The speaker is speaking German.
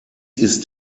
ist